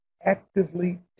actively